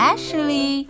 Ashley